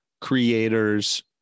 creators